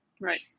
Right